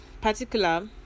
particular